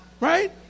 Right